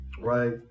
right